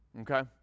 Okay